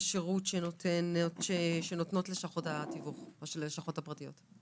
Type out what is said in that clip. השירות שנותנות לשכות התיווך הפרטיות?